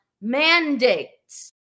mandates